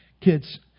Kids